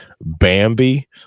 Bambi